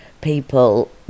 people